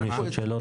יש עוד שאלות?